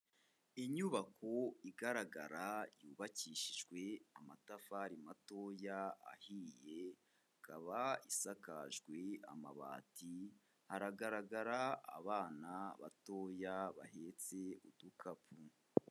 Inyubako igaragara yubakishijwe amatafari matoya ahiye, ikaba isakajwe amabati hagaragara abana batoya bahetse udukapu.